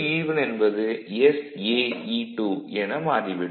sE1 என்பது saE2 என மாறிவிடும்